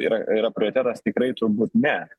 yra yra prioritetas tikrai turbūt ne